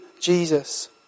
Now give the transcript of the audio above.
Jesus